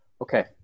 Okay